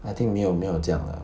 I think 没有没有这样 lah